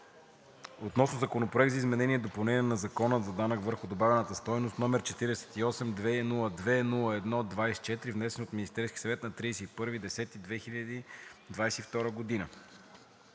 относно Законопроект за изменение и допълнение на Закона за данък върху добавената стойност, № 48-202-01-24, внесен от Министерския съвет на 31 октомври